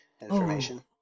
information